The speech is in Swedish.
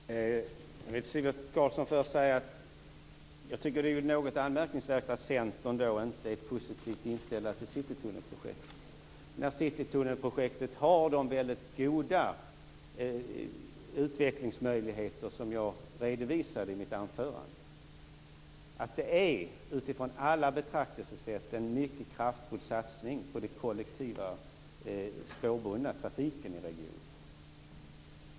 Herr talman! Till Sivert Carlsson vill jag först säga att jag tycker att det är något anmärkningsvärt att man i Centern inte är positivt inställd till citytunnelprojektet. Citytunnelprojektet har ju de väldigt goda utvecklingsmöjligheter som jag redovisade i mitt anförande. Det är utifrån alla betraktelsesätt en mycket kraftfull satsning på den kollektiva spårbundna trafiken i regionen.